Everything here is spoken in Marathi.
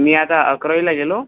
मी आता अकरावीला गेलो